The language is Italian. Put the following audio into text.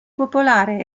popolare